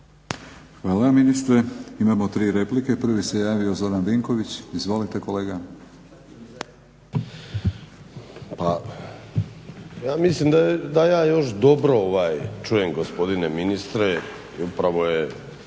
Hvala ministre. Imamo 3 replike. Prvi se javio Zoran Vinković. Izvolite kolega. **Vinković, Zoran (HDSSB)** A ja mislim da još dobro čujem gospodine ministre i upravo je